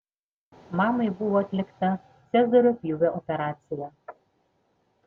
mamai buvo atlikta cezario pjūvio operacija